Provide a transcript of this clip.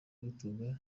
yitwaga